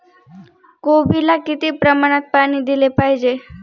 कोबीला किती प्रमाणात पाणी दिले पाहिजे?